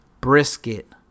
brisket